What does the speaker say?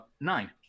nine